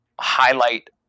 highlight